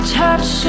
touch